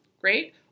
Great